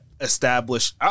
Establish